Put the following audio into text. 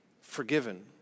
Forgiven